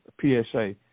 PSA